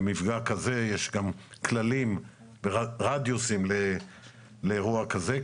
למפגע כזה יש גם כללים ורדיוסים לאירוע כזה.